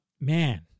Man